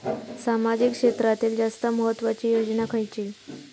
सामाजिक क्षेत्रांतील जास्त महत्त्वाची योजना खयची?